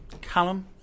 Callum